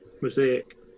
mosaic